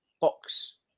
box